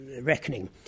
reckoning